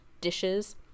dishes